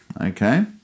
okay